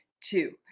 Two